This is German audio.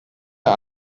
der